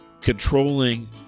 controlling